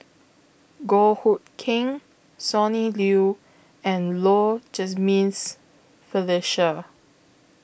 Goh Hood Keng Sonny Liew and Low Jimenez Felicia